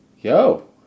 Yo